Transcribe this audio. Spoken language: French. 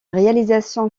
réalisation